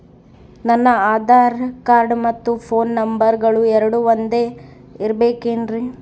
ನನ್ನ ಆಧಾರ್ ಕಾರ್ಡ್ ಮತ್ತ ಪೋನ್ ನಂಬರಗಳು ಎರಡು ಒಂದೆ ಇರಬೇಕಿನ್ರಿ?